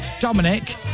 Dominic